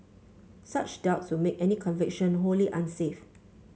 such doubts would make any conviction wholly unsafe